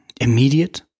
immediate